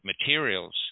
materials